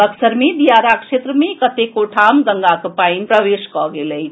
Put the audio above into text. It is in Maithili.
बक्सर मे दियारा क्षेत्र मे कतेको ठाम गंगाक पानि प्रवेश कऽ गेल अछि